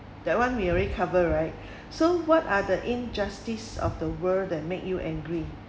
that one we already cover right so what are the injustice of the world that make you angry